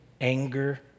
anger